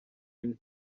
imwe